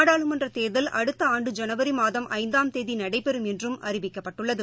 நாடாளுமன்றதேர்தல் அடுத்தஆண்டு ஜனவரிமாதம் ஐந்தாம் தேதிநடைபெறம் என்றும் அறிவிக்கப்பட்டுள்ளது